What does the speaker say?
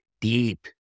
deep